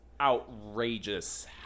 outrageous